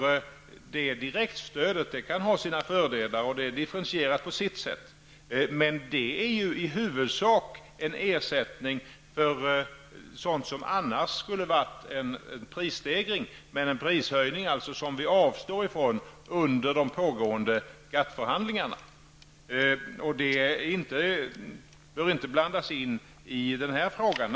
Det direktstödet kan ha sina fördelar, och det är differentierat på sitt sätt, men det är i huvudsak en ersättning för sådant som annars skulle ha varit en prisstegring. Det är en prishöjning som vi avstår från under de pågående GATT-förhandlingarna. Detta bör inte blandas in i den här frågan.